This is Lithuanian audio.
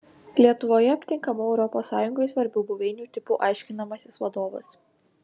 lietuvoje aptinkamų europos sąjungai svarbių buveinių tipų aiškinamasis vadovas